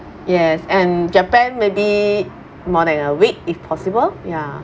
yes and japan maybe more than a week if possible ya